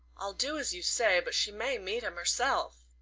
i'll do as you say but she may meet him herself.